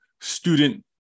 student